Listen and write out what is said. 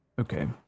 Okay